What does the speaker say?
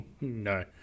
no